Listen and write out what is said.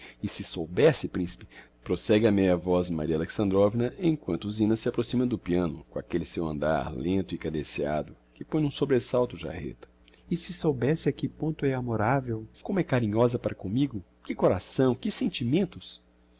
e se soubesse principe prosegue a meia voz maria alexandrovna emquanto zina se approxima do piano com aquelle seu andar lento e cadenciado que põe num sobresalto o jarreta e se soubesse a que ponto é amoravel como é carinhosa para commigo que coração que sentimentos